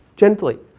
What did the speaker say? gently.